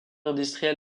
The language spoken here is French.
industriel